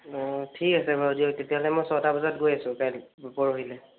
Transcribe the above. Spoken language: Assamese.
ঠিক আছে বাৰু দিয়ক তেতিয়াহ'লে মই ছটা বজাত গৈ আছোঁ কাইলৈ পৰহিলৈ